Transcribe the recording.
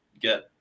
get